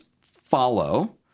follow